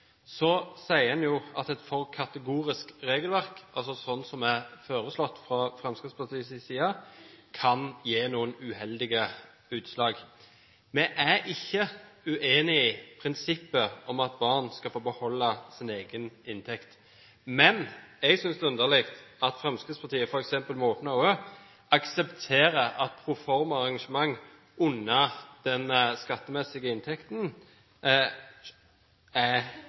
Så det er fullt mulig. Jeg ønsker å knytte noen ytterligere kommentarer til forslaget og debatten som har vært. For det første: Når det gjelder spørsmålet om avkorting, sier en at et for kategorisk regelverk, altså slik som det er foreslått fra Fremskrittspartiets side, kan gi noen uheldige utslag. Vi er ikke uenig i prinsippet om at barn skal få beholde sin egen inntekt, men jeg